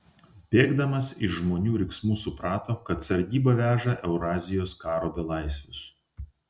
bėgdamas iš žmonių riksmų suprato kad sargyba veža eurazijos karo belaisvius